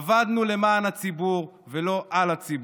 עבדנו למען הציבור ולא על הציבור.